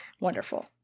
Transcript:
Wonderful